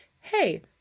hey